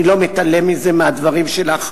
אני לא מתעלם מהדברים שלך,